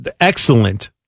excellent